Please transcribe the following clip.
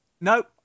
Nope